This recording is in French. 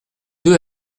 deux